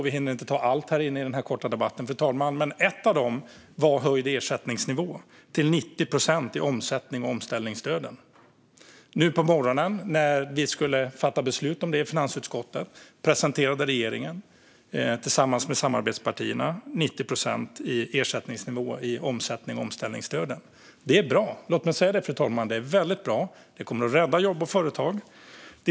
Vi hinner inte ta upp alla våra förslag i den korta debatten här i dag, men ett av dem var höjning av ersättningsnivån i omsättnings och omställningsstöden till 90 procent. Nu på morgonen, när vi i finansutskottet skulle fatta beslut om detta, presenterade regeringen tillsammans med samarbetspartierna ett förslag om just 90 procents ersättningsnivå i omsättnings och omställningsstöden. Det är bra; låt mig säga det, fru talman. Det är väldigt bra. Det kommer att rädda jobb och företag.